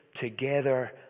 together